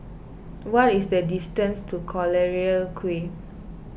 what is the distance to Collyer Quay